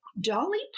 Dolly